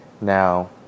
Now